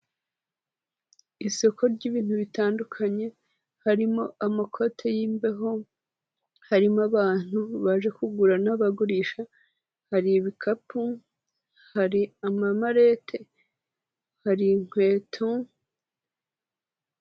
Isoko ry'ibintu bitandukanye, harimo amakote y'imbeho, harimo abantu baje kugura n'abagurisha, hari ibikapu, hari amamarete, hari inkweto...